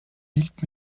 hielt